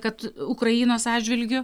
kad ukrainos atžvilgiu